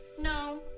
no